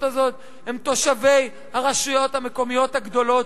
הזאת הם תושבי הרשויות המקומיות הגדולות.